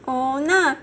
哦那